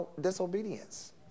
disobedience